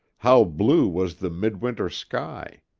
how blue was the midwinter sky!